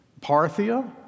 Parthia